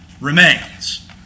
remains